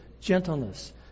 gentleness